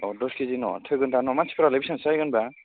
ओमफाय औ दस केजि दा न थोगोन दा न मानसिफ्रालाय बेसांसो जागोन होनब्ला